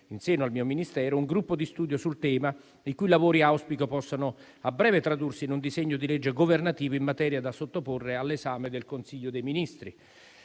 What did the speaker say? in seno al mio Ministero, un gruppo di studio sul tema, i cui lavori auspico possano a breve tradursi in un disegno di legge governativo in materia, da sottoporre all'esame del Consiglio dei ministri.